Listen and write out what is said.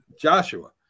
joshua